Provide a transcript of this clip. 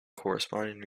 corresponding